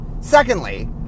Secondly